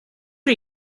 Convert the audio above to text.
are